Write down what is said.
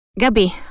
Gabi